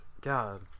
God